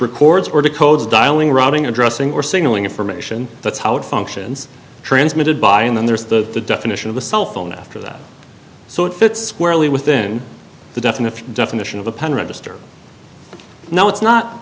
records or the codes dialing routing addressing or signalling information that's how it functions transmitted by and then there's the definition of a cell phone after that so it fits squarely within the definition definition of a pen register no it's not